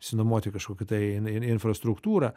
išsinuomoti kažkokią tai infrastruktūrą